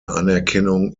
anerkennung